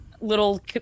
Little